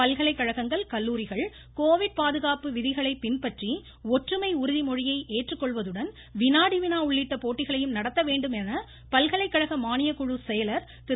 பல்கலைக்கழகங்கள் கல்லூரிகள் கோவிட் பாதுகாப்பு விதிகளை பின்பற்றி ஒற்றுமை உறுதிமொழியை ஏற்றுக்கொள்வதுடன் வினாடி வினா உள்ளிட்ட போட்டிகளையும் நடத்த வேண்டும் என பல்கலைக்கழக மானியக்குழு செயலர் திரு